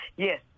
Yes